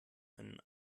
einen